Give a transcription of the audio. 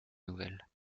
nouvelles